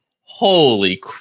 holy